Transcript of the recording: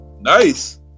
Nice